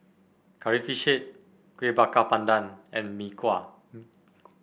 Curry Fish Head Kueh Bakar Pandan and Mee Kuah